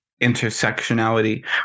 intersectionality